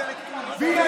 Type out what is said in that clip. והינה,